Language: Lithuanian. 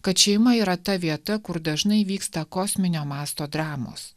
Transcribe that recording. kad šeima yra ta vieta kur dažnai vyksta kosminio masto dramos